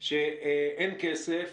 ה-FIDF,